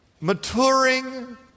maturing